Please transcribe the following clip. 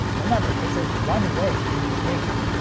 remember, this is one-way communication.